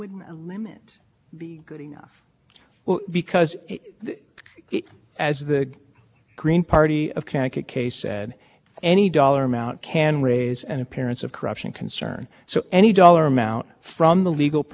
would be an attack on the very notion of corporate personhood i mean that once you set up a separate entity the individual is no longer liable for all the misconduct there are rules you know the taxes are paid by the l